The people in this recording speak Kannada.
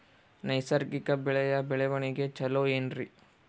ನೈಸರ್ಗಿಕ ಬೆಳೆಯ ಬೆಳವಣಿಗೆ ಚೊಲೊ ಏನ್ರಿ?